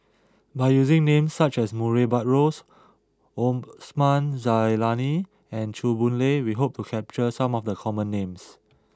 by using names such as Murray Buttrose Osman Zailani and Chew Boon Lay we hope to capture some of the common names